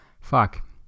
Fuck